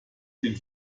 den